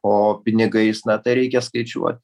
o pinigais na tai reikia skaičiuot